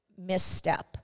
misstep